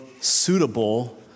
suitable